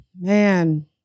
Man